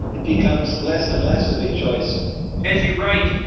it becomes less and less of a choice as you write,